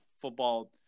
football